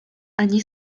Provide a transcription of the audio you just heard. ani